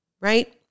right